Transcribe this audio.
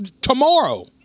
tomorrow